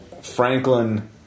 Franklin